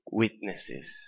witnesses